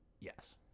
yes